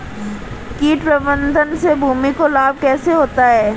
कीट प्रबंधन से भूमि को लाभ कैसे होता है?